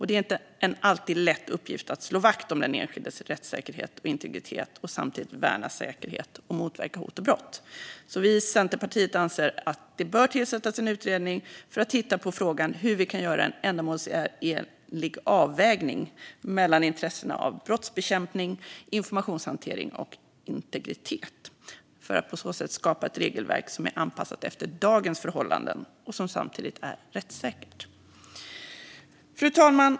Det är inte alltid en lätt uppgift att slå vakt om den enskildes rättssäkerhet och integritet och samtidigt värna säkerhet och motverka hot och brott. Vi i Centerpartiet anser att det bör tillsättas en utredning som tittar på frågan om hur vi kan göra en ändamålsenlig avvägning mellan intressena när det gäller brottsbekämpning, informationshantering och integritet, för att på så sätt skapa ett regelverk som är anpassat efter dagens förhållanden och samtidigt är rättssäkert. Fru talman!